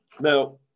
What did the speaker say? Now